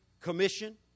commission